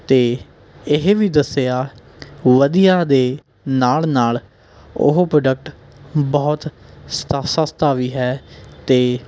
ਅਤੇ ਇਹ ਵੀ ਦੱਸਿਆ ਵਧੀਆ ਦੇ ਨਾਲ਼ ਨਾਲ਼ ਉਹ ਪ੍ਰੋਡਕਟ ਬਹੁਤ ਸਤਾ ਸਸਤਾ ਵੀ ਹੈ ਅਤੇ